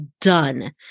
done